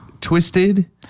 twisted